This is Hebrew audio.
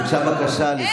כי ממש על זה הלכו לבחירות,